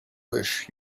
wish